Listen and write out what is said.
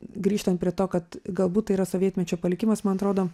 grįžtant prie to kad galbūt tai yra sovietmečio palikimas man atrodo